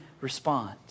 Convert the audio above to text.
respond